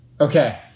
Okay